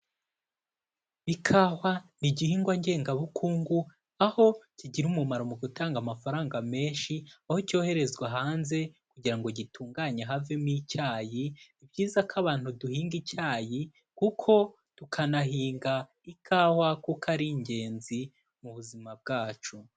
Ikawa ni igihingwa ngengabukungu aho kigira umumaro mu gutanga amafaranga menshi, aho cyoherezwa hanze kugira ngo gitunganye havemo icyayi ni byiza ko abantu duhinga icyayi kuko tukanahinga ikawa kuko ari ingenzi mu buzima bwacu.